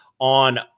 on